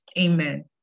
Amen